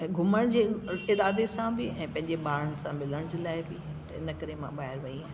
ऐं घुमण जे इरादे सां बि ऐं पंहिंजे ॿारनि सां बि मिलण जे लाइ बि इन करे मां ॿाहिरि वई आहियां